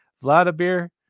Vladimir